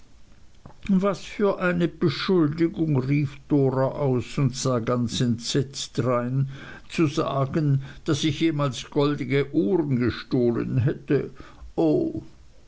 was für eine beschuldigung rief dora aus und sah ganz entsetzt drein zu sagen daß ich jemals goldene uhren gestohlen hätte o